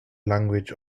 language